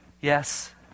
Yes